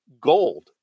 gold